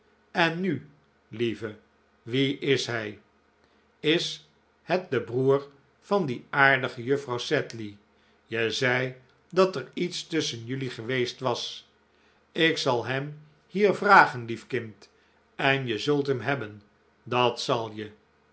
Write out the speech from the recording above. en nu lieve wie is hij is het de broer van die aardige juffrouw sedley je zei dat er iets tusschen jelui geweest was ik zal hem hier vragen lief kind en je zult hem hebben dat zal je